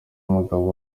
umugabo